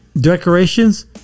decorations